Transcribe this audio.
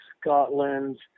Scotland